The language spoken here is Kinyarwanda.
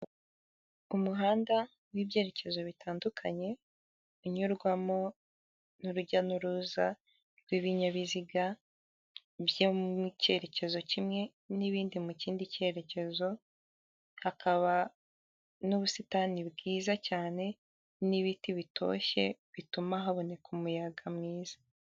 Umuhanda w'ibyerekezo bitandukanye unyurwamo n'urujya n'uruza rw'ibinyabiziga mu cyerekezo kimwe n'ibindi mu kindi cyerekezo, hakaba n'ubusitani bwiza cyane n'ibiti bitoshye bituma haboneka umuyaga mwiza.